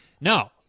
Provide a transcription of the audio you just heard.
no